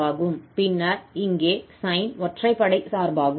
பின்னர் இங்கே சைன் ஒற்றைப்படை சார்பாகும்